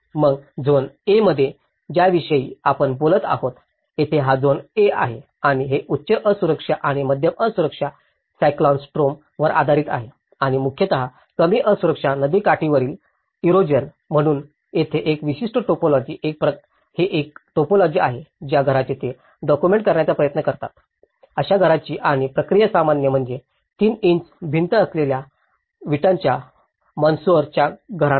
मग zone A मध्ये ज्याविषयी आपण बोलत आहोत येथे हा झोन A आहे आणि हे उच्च असुरक्षा आणि मध्यम असुरक्षा सायक्लॉन स्ट्रॉम वर आधारित आहे आणि मुख्यतः कमी असुरक्षा नदीकाठावरील एरोशन म्हणून येथे हे विशिष्ट टायपोलॉजी हे एक टायपोलॉजी आहे ज्या घराचे ते डॉक्युमेंट करण्याचा प्रयत्न करतात अशा घराची आणि ही प्रतिक्रिया सामान्य म्हणजे तीन इंच भिंती असलेल्या वीटांच्या मसोनर च्या घरांना